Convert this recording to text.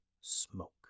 smoke